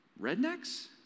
rednecks